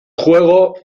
juego